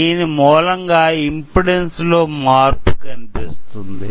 దీని మూలంగా ఇమ్పెడాన్సు లో మార్పు కనిపిస్తుంది